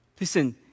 Listen